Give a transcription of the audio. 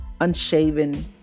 unshaven